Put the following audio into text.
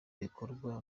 bikorwa